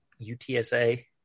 UTSA